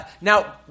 now